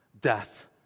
death